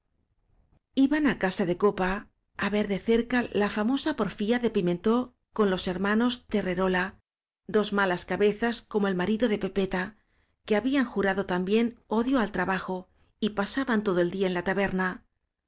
iban á casa de copa á ver de cerca la fa mosa porfía de pimentó con los hermanos te rrero la dos malas cabezas como el marido de pepeta que habían jurado también odio al tra bajo y pasaban todo el día ep la taberna